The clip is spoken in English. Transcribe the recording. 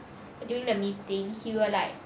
during the meeting he will like